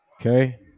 Okay